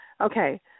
Okay